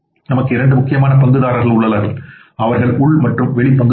நமக்கு இரண்டு முக்கியமான பங்குதாரர்கள் உள்ளனர் அவர்கள் உள் மற்றும் வெளிப்புற பங்குதாரர்கள்